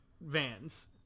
vans